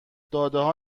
دادهها